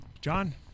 John